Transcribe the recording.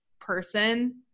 person